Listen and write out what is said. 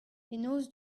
penaos